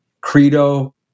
Credo